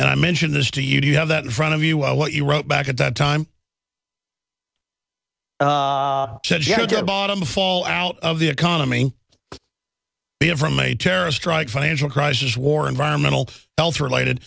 and i mentioned this to you do you have that in front of you of what you wrote back at that time the bottom fall out of the economy be it from a terrorist strike financial crisis war environmental health related